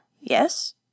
yes